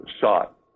shot